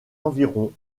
environs